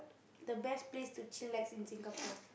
the best place to chillax in Singapore